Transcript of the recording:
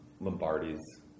Lombardi's